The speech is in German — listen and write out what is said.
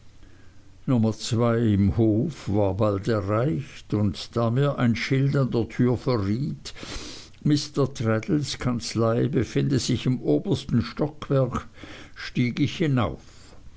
nummer zwei im hof war bald erreicht und da mir ein schild an der tür verriet mr traddles kanzlei befände sich im obersten stockwerk stieg ich hinauf